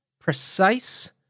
precise